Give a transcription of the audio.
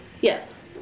Yes